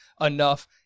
enough